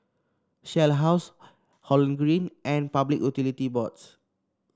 Shell House Holland Green and Public Utility Boards